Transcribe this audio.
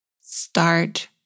start